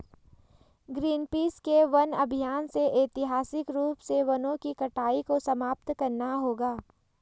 Greenpeace के वन अभियान ने ऐतिहासिक रूप से वनों की कटाई को समाप्त करना होगा